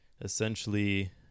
essentially